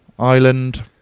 island